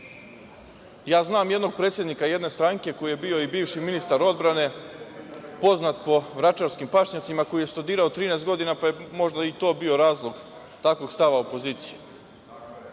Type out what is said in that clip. jednog predsednika, jedne stranke koji je bio i bivši ministar odbrane, poznat po vračarskim pašnjacima, koji je studirao 13 godina, pa je možda i to bio razlog takvog stava opozicije.